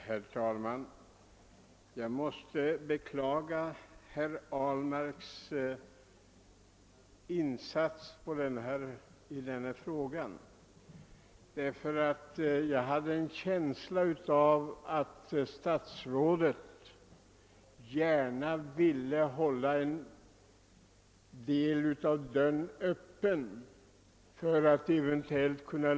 Herr talman! Jag måste beklaga herr Ahlmarks insatser i den fråga vi nu diskuterar, eftersom jag har en känsla av att inrikesministern gärna vill hålla dörren öppen för en lösning.